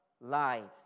lives